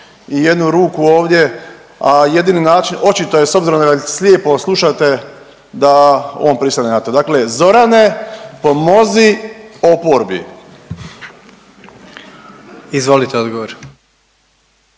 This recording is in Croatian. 101 ruku ovdje, a jedini način očito je s obzirom da ga slijepo slušate da on pristane na to. Dakle, Zorane pomozi oporbi. **Jandroković,